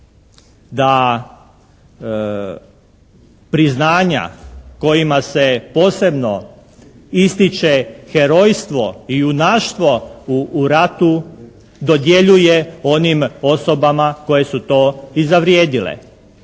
da priznanja kojima se posebno ističe herojstvo i junaštvo u radu dodjeljuje onim osobama koje su to i zavrijedile